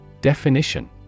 Definition